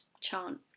chant